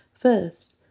First